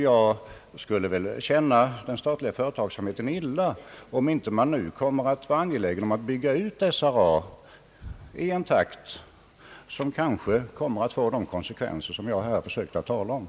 Jag skulle väl känna den statliga företagsamheten dåligt om man inte nu kommer att bli angelägen om att bygga ut SRA i en takt som kanske får de konsekvenser jag här försökt belysa.